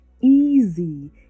easy